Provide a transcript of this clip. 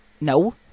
No